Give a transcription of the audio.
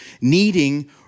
needing